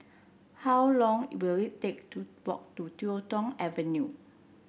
how long will it take to walk to YuK Tong Avenue